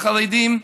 חרדים,